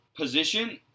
position